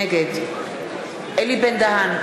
נגד אלי בן-דהן,